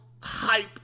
hype